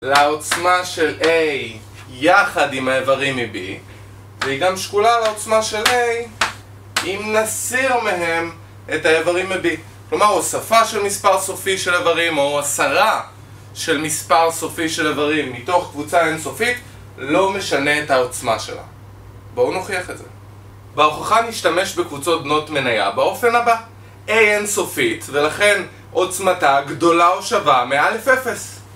לעוצמה של a יחד עם האיברים מ-b והיא גם שקולה לעוצמה של a אם נסיר מהם את האיברים מ-b כלומר, הוספה של מספר סופי של איברים או הסרה של מספר סופי של איברים מתוך קבוצה אינסופית לא משנה את העוצמה שלה בואו נוכיח את זה וההוכחה נשתמש בקבוצות בנות מניה באופן הבא a אינסופית, ולכן עוצמתה גדולה או שווה מ-א' 0